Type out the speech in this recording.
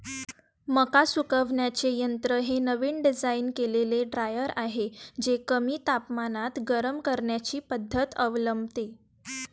मका सुकवण्याचे यंत्र हे नवीन डिझाइन केलेले ड्रायर आहे जे कमी तापमानात गरम करण्याची पद्धत अवलंबते